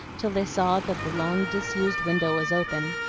till they saw that the long-disused window was open,